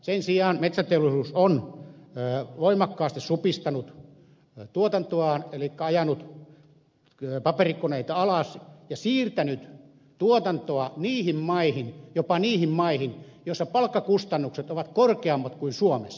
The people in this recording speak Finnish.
sen sijaan metsäteollisuus on voimakkaasti supistanut tuotantoaan elikkä ajanut paperikoneita alas ja siirtänyt tuotantoa jopa niihin maihin joissa palkkakustannukset ovat korkeammat kuin suomessa